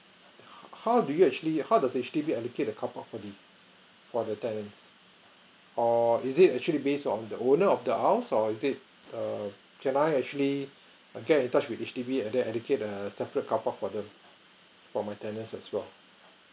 how do you actually how does actually we allocate the car park for this for the tenants or is it actually based on the owner of the house or is it err can I actually get in touch with H_D_B and then allocate a separate car park for them for my tenant as well